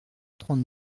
trente